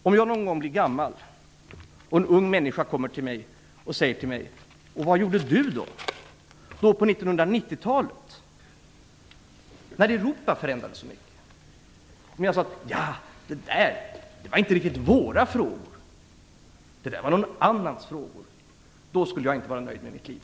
Om jag någon gång blir gammal kanske en ung människa skulle fråga mig: Vad gjorde du på 1990 talet, när Europa förändrades så mycket? Om jag då svarade att det där inte var våra frågor utan någon annans - då skulle jag inte vara nöjd med mitt liv.